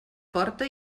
porta